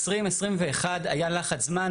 ב-2021 היה לחץ זמן,